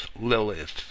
Lilith